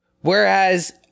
whereas